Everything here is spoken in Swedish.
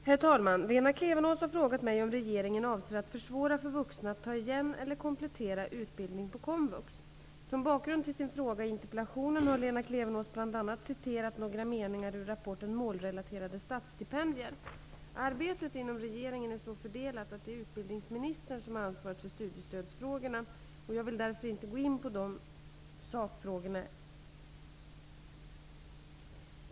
Herr talman! Lena Klevenås har frågat mig om regeringen avser att försvåra för vuxna att ta igen eller komplettera utbildning på komvux. Som bakgrund till sin fråga i interpellationen har 1992:123. Arbetet inom regeringen är så fördelat att det är utbildningsministern som har ansvaret för studiestödsfrågorna. Jag vill därför inte gå in på de sakfrågorna.